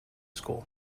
school